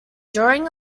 drawing